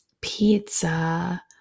Pizza